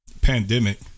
Pandemic